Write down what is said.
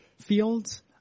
fields